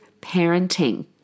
parenting